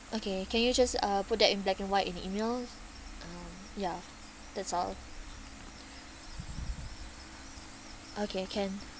okay can you just uh put that in black and white in the email uh ya that's all okay can